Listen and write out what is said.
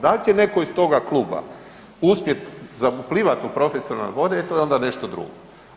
Da li će netko iz toga kluba uspjeti zaplivati u profesionalne vode, e to je onda nešto drugo.